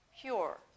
pure